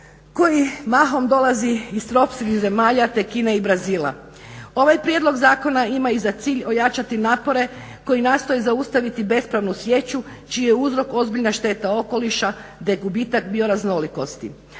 koji mahom dolazi iz tropskih zemalja, te Kine i Brazila. Ovaj prijedlog zakona ima i za cilj ojačati napore koji nastoje zaustaviti bespravnu sječu čiji je uzrok ozbiljna šteta okoliša, te gubitak bioraznolikosti.